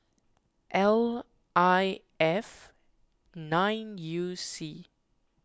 L I F nine U C